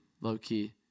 low-key